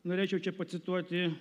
norėčiau čia pacituoti